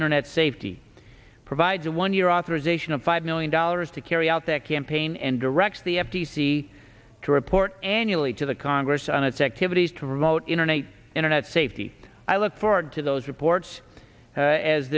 internet safety provides a one year authorization of five million dollars to carry out that campaign and directs the f t c to report annually to the congress on its activities to promote internet internet safety i look forward to those reports